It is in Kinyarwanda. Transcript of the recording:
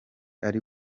ari